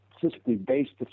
physically-based